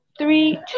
three